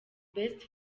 best